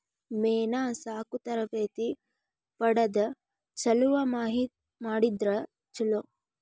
ಮೇನಾ ಸಾಕು ತರಬೇತಿ ಪಡದ ಚಲುವ ಮಾಡಿದ್ರ ಚುಲೊ